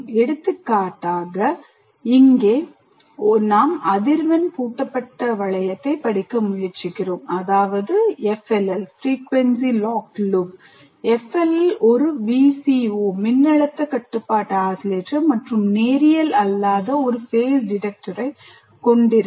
எடுத்துக்காட்டாக இங்கே நாம் அதிர்வெண் பூட்டப்பட்ட வளையத்தைப் படிக்க முயற்சிக்கிறோம் FLL ஒரு VCO மின்னழுத்த கட்டுப்பாட்டு ஆஸிலேட்டர் மற்றும் நேரியல் அல்லாத ஒரு phase detector கொண்டிருக்கும்